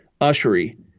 Ushery